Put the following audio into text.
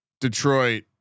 Detroit